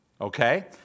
Okay